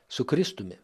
su kristumi